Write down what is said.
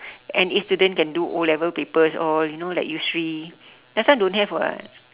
N_A student can do O-level papers all you know like yusri last time don't have [what]